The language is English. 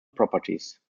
properties